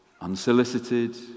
unsolicited